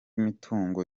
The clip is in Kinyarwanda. mitungo